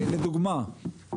לדוגמה,